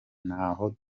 ntaho